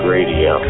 Radio